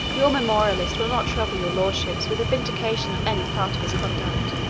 your memorialist will not trouble your lordships with a vindication of any part of his conduct,